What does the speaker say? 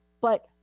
but-